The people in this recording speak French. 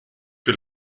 que